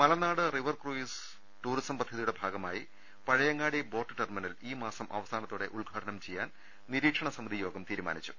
മലനാട് river cruise tourism പദ്ധതിയുടെ ഭാഗമായി Pazhayangadi boat terminal ഈ മാസം അവസാന ത്തോടെ ഉദ്ഘാടനം ചെയ്യാൻ നിരീക്ഷണ സമിതി യോഗം തീരുമാനിച്ചു